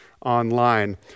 Online